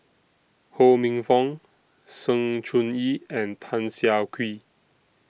Ho Minfong Sng Choon Yee and Tan Siah Kwee